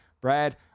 Brad